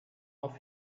auf